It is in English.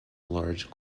large